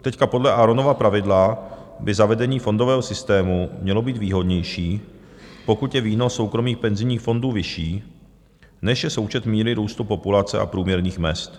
Teď podle Aaronova pravidla by zavedení fondového systému mělo být výhodnější, pokud je výnos soukromých penzijních fondů vyšší, než je součet míry růstu populace a průměrných mezd.